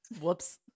Whoops